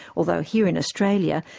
although here in australia,